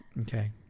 Okay